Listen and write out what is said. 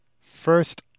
First